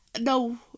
No